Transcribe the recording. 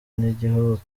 n’igihugu